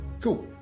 Cool